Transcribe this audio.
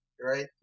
Right